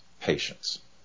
patience